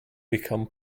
become